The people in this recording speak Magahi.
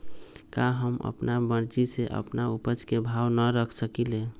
का हम अपना मर्जी से अपना उपज के भाव न रख सकींले?